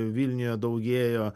vilniuje daugėjo